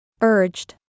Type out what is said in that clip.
urged